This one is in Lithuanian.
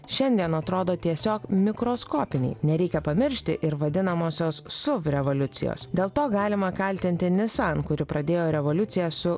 šiandien atrodo tiesiog mikroskopiniai nereikia pamiršti ir vadinamosios suv revoliucijos dėl to galima kaltinti nissan kuri pradėjo revoliuciją su